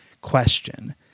question